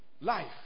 life